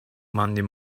monday